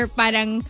parang